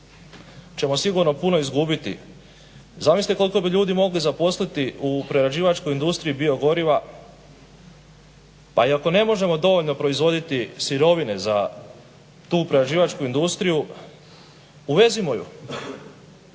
ćemo sigurno puno izgubiti. Zamislite koliko bi ljudi mogli zaposliti u prerađivačkoj industriji biogoriva, a i ako ne možemo dovoljno proizvoditi sirovine za tu prerađivačku industriju uvezimo ju.